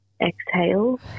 exhale